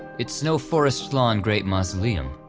it's no forest lawn great mausoleum,